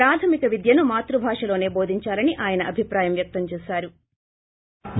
ప్రాథమిక విద్యను మాత్పభాషలోసే భోధించాలని ఆయన అభిప్రాయం వ్యక్తం చేసారు